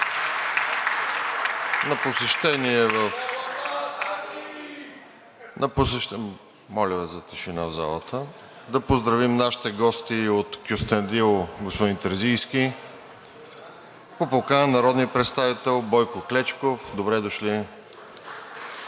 от ГЕРБ-СДС.) На посещение в… Моля за тишина в залата. Да поздравим нашите гости от Кюстендил, господин Терзийски, по покана на народния представител Бойко Клечков. Добре дошли!